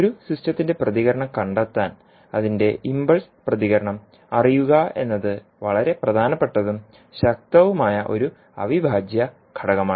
ഒരു സിസ്റ്റത്തിന്റെ പ്രതികരണം കണ്ടെത്താൻ അതിന്റെ ഇംപൾസ് പ്രതികരണം അറിയുക എന്നത് വളരെ പ്രധാനപ്പെട്ടതും ശക്തവുമായ ഒരു അവിഭാജ്യ ഘടകമാണ്